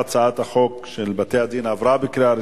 הצעת חוק בתי-דין רבניים (קיום פסקי-דין של גירושין) (תיקון מס' 8)